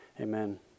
Amen